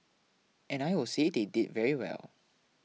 and I will say they did very well